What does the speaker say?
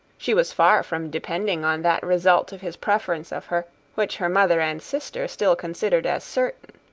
she was far from depending on that result of his preference of her, which her mother and sister still considered as certain.